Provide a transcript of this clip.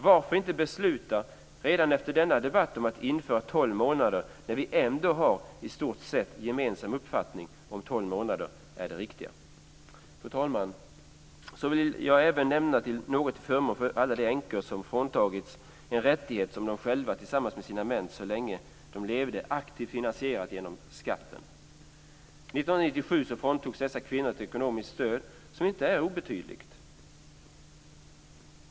Varför inte besluta redan efter denna debatt om att införa tolv månader när vi ändå har i stort sett en gemensam uppfattning om att tolv månader är det riktiga. Fru talman! Jag vill även säga något till förmån för alla de änkor som fråntagits en rättighet som de själva tillsammans med sina män, så länge de levde, aktivt finansierat genom skatten. 1997 fråntogs dessa kvinnor ett ekonomiskt stöd som inte är obetydligt.